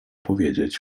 powiedzieć